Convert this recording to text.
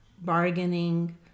bargaining